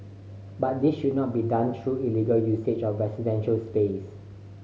but this should not be done through illegal usage of residential space